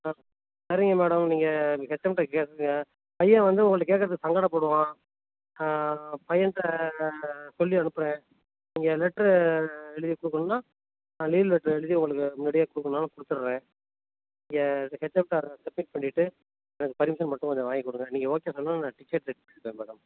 ஆ சரிங்க மேடம் நீங்கள் ஹெச்எம்கிட்ட கேளுங்கள் பையன் வந்து உங்கள்கிட்ட கேட்கறதுக்கு சங்கடப்படுவான் பையன்கிட்ட சொல்லி அனுப்புகிறேன் நீங்கள் லெட்டரு எழுதி கொடுக்கணும்னா நான் லீவ் லெட்டரு எழுதி உங்களுக்கு உங்கள்கிட்டயே கொடுக்கணுன்னாலும் கொடுத்துட்றேன் நீங்கள் ஹெச்எம் சார்கிட்ட சப்மிட் பண்ணிட்டு எனக்கு பர்மிஷன் மட்டும் கொஞ்சம் வாங்கி கொடுங்க நீங்கள் ஓகே சொன்னால் நான் டிக்கெட் ரெடி பண்ணிவிடுவேன் மேடம்